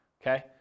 okay